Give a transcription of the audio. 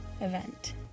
event